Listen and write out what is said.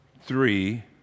three